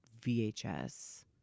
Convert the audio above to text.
VHS